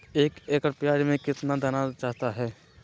एक एकड़ प्याज में कितना दाना चाहता है?